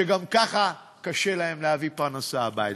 שגם ככה קשה להן להביא פרנסה הביתה.